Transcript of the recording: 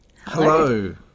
Hello